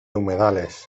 humedales